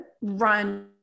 run